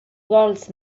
vols